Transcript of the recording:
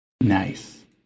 Nice